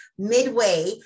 midway